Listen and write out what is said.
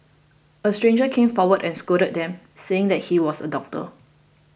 a stranger came forward and scolded them saying that he was a doctor